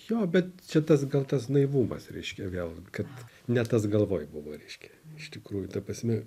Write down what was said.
jo bet čia tas gal tas naivumas reiškia vėl kad ne tas galvoj buvo reiškia iš tikrųjų ta prasme